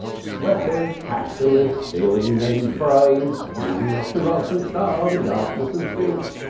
sweaters capitalists stealing men's brains leaving us to rot and starve in darkness and filth.